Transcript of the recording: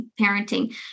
parenting